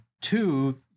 two